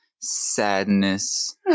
sadness